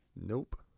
Nope